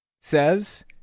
says